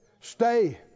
Stay